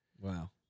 Wow